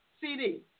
CD